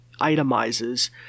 itemizes